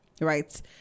right